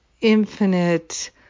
infinite